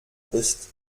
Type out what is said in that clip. ist